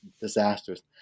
disasters